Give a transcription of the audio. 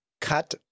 cut